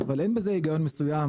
אבל אין בזה היגיון מסוים,